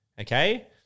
okay